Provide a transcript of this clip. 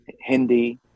Hindi